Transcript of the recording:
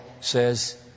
says